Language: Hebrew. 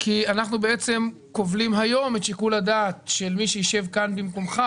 כי אנחנו בעצם כובלים היום את שיקול הדעת של מי שיישב כאן במקומנו,